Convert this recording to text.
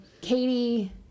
Katie